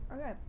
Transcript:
Okay